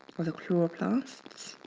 are the chloroplasts.